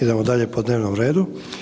Idemo dalje po dnevnom redu.